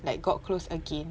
like got close again